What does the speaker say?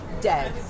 dead